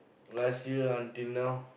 last year until now